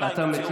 והם יציעו פנים,